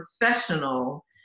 professional